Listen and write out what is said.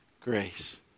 grace